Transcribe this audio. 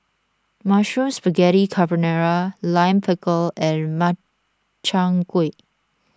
Mushroom Spaghetti Carbonara Lime Pickle and Makchang Gui